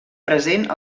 present